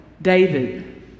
David